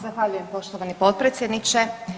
Zahvaljujem poštovani potpredsjedniče.